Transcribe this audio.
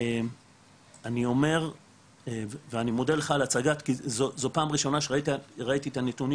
אני אומר זו פעם ראשונה שראיתי את הנתונים